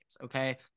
okay